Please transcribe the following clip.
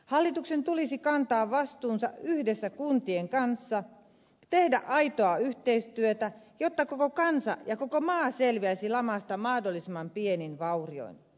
hallituksen tulisi kantaa vastuunsa yhdessä kuntien kanssa tehdä aitoa yhteistyötä jotta koko kansa ja koko maa selviäisivät lamasta mahdollisimman pienin vaurioin